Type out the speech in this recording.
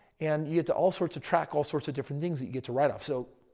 and you get to all sorts of track all sorts of different things that you get to write off. so,